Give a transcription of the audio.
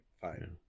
fine